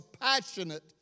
passionate